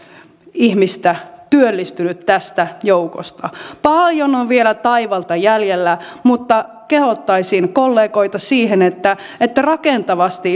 ihmistä työllistynyt tästä joukosta paljon on vielä taivalta jäljellä mutta kehottaisin kollegoita siihen että että rakentavasti